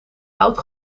oud